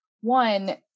one